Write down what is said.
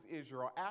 Israel